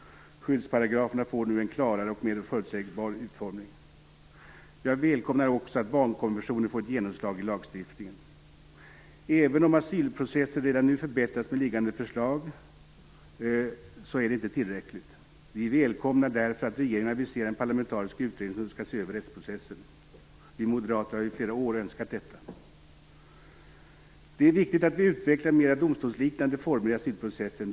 Skyddsparagraferna får nu en klarare och mer förutsägbar utformning. Jag välkomnar också att barnkonventionen får ett genomslag i lagstiftningen. Även om asylprocessen redan nu förbättras med föreliggande förslag är det inte tillräckligt. Vi välkomnar därför att regeringen aviserar en parlamentarisk utredning som skall se över rättsprocessen. Vi moderater har i flera år önskat detta. Det är viktigt att vi utvecklar mer domstolsliknande former i asylprocessen.